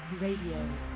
radio